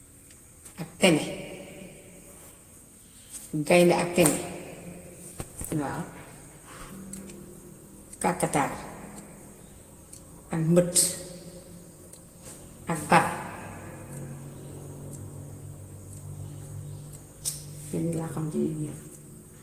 Ak teme. Waaw gaynde ak teme waaw, kàkkataar ak mbëtt ak bar. Yooyu laa xam ci yii giir.